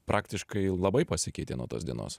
praktiškai labai pasikeitė nuo tos dienos